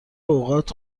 اوقات